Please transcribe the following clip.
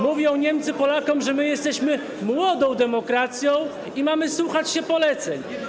Mówią Niemcy Polakom, że my jesteśmy młodą demokracją i mamy słuchać się poleceń.